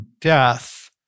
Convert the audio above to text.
Death